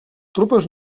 tropes